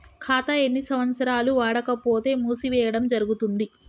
ఖాతా ఎన్ని సంవత్సరాలు వాడకపోతే మూసివేయడం జరుగుతుంది?